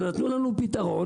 הם נתנו לנו פתרון.